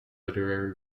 literary